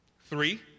Three